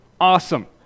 Awesome